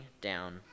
down